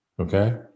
Okay